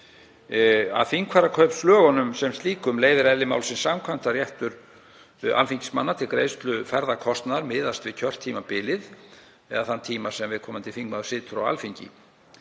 Af þingfararkaupslögunum sem slíkum leiðir eðli málsins samkvæmt að réttur alþingismanna til greiðslu ferðakostnaðar miðast við kjörtímabilið eða þann tíma sem viðkomandi þingmaður situr á Alþingi.